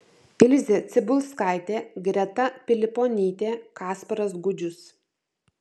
ilzė cibulskaitė greta piliponytė kasparas gudžius